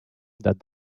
that